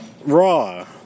Raw